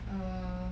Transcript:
err